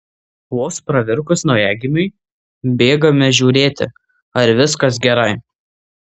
vos pravirkus naujagimiui bėgame žiūrėti ar viskas gerai